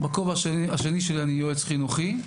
בכובע השני שלי אני יועץ חינוכי.